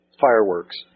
fireworks